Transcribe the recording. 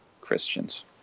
Christians